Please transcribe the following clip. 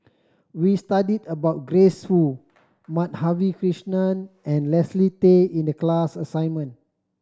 we studied about Grace Fu Madhavi Krishnan and Leslie Tay in the class assignment